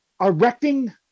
erecting